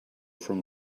from